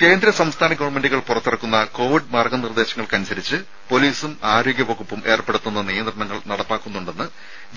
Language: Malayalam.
രേര കേന്ദ്ര സംസ്ഥാന ഗവൺമെന്റുകൾ പുറത്തിറക്കുന്ന കോവിഡ് മാർഗ്ഗ നിർദ്ദേശങ്ങൾക്കനുസരിച്ച് പൊലീസും ആരോഗ്യവകുപ്പും ഏർപ്പെടുത്തുന്ന നിയന്ത്രണങ്ങൾ നടപ്പാക്കുന്നുണ്ടെന്ന്